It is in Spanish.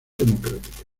democrática